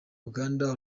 uganda